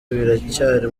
biracyari